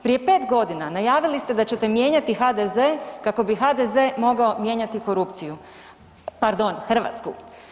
Prije 5.g. najavili ste da ćete mijenjati HDZ kako bi HDZ mogao mijenjati korupciju, pardon Hrvatsku.